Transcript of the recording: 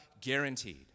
guaranteed